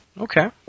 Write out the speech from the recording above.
Okay